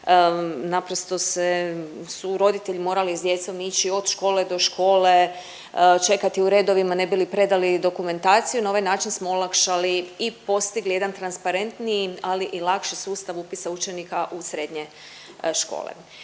naprosto su roditelji morali s djecom ići od škole do škole čekati u redovima ne bi li predali dokumentaciju, na ovaj način smo olakšali i postigli jedan transparentniji, ali i lakši sustav upisa učenika u srednje škole.